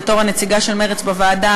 בתור הנציגה של מרצ בוועדה,